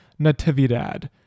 Natividad